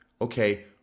okay